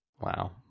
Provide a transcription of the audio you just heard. Wow